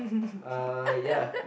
uh ya